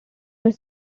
were